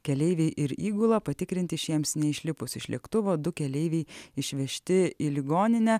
keleiviai ir įgula patikrinti šiems neišlipus iš lėktuvo du keleiviai išvežti į ligoninę